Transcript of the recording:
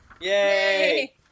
Yay